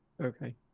okay